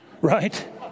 right